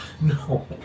No